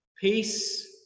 peace